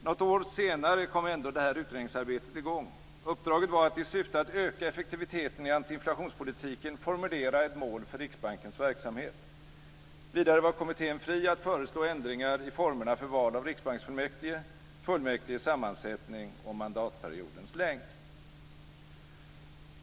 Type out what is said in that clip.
Något år senare kom ändå utredningsarbetet i gång. Uppdraget var att i syfte att öka effektiviteten i antiinflationspolitiken formulera ett mål för Riksbankens verksamhet. Vidare var kommittén fri att föreslå ändringar i formerna för val av riksbanksfullmäktige, fullmäktiges sammansättning och mandatperiodens längd.